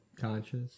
Conscious